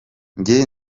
njye